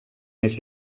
més